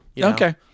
Okay